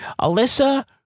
Alyssa